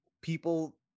people